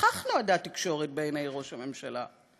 לכך נועדה התקשורת בעיני ראש הממשלה.